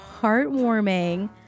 heartwarming